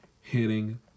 hitting